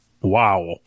Wow